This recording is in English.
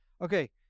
Okay